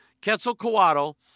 Quetzalcoatl